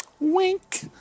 Wink